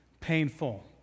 painful